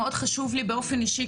מאוד חשוב לי לומר באופן אישי,